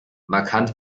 markant